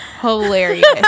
hilarious